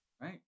Right